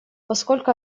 поскольку